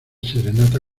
serenata